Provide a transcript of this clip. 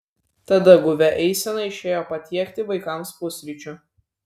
tada guvia eisena išėjo patiekti vaikams pusryčių